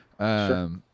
Sure